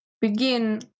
begin